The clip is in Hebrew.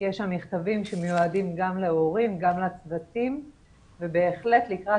יש שם מכתבים שמיועדים גם להורים וגם לצוותים ובהחלט לקראת